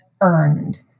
earned